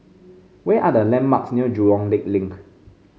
where are the landmarks near Jurong Lake Link